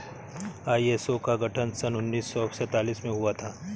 ISO का गठन सन उन्नीस सौ सैंतालीस में हुआ था